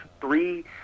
three